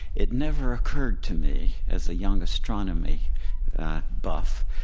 it never occurred to me, as a young astronomy buff,